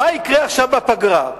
מה יקרה עכשיו, בפגרה?